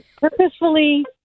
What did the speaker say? purposefully